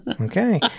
okay